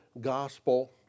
gospel